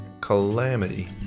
Calamity